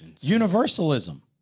Universalism